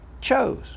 chose